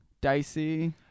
dicey